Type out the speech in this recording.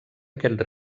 aquest